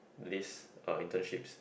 this uh internships